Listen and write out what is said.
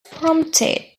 prompted